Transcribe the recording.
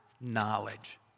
knowledge